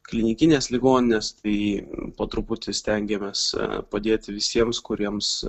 klinikinės ligoninės tai po truputį stengiamės padėti visiems kuriems